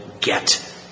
get